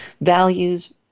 values